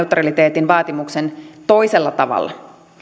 lainsäädännön kilpailuneutraliteetin vaatimuksen toisella tavalla